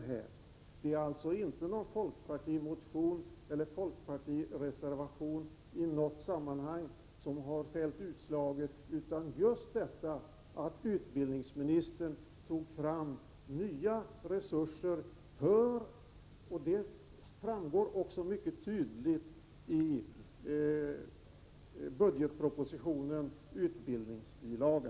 Det är alltså inte någon folkpartimotion eller folkpartireservation som i något sammanhang har fällt utslaget utan just detta att utbildningsministern tog fram nya resurser, och det framgår också mycket tydligt av budgetpropositionens utbildningsbilaga.